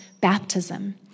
baptism